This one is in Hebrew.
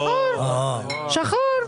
שחור.